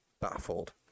baffled